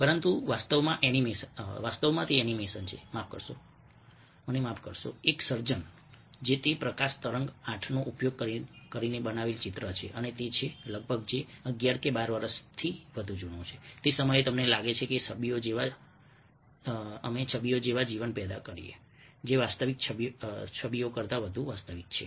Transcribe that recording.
પરંતુ જે વાસ્તવમાં એનિમેશન છે મને માફ કરશો એક સર્જન જે તે પ્રકાશ તરંગ 8 નો ઉપયોગ કરીને બનાવેલ ચિત્ર છે અને તે છે તે લગભગ 11 કે 12 વર્ષથી વધુ જૂનું છે તે સમયે તમને લાગે છે કે અમે છબીઓ જેવા જીવન પેદા કરો જે વાસ્તવિક છબીઓ કરતાં વધુ વાસ્તવિક છે